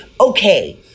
Okay